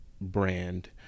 brand